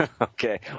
okay